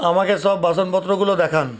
আমাকে সব বাসনপত্রগুলো দেখান